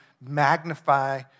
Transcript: magnify